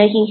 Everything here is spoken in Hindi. नहीं है